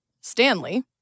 Stanley